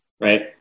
right